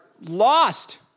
lost